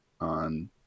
on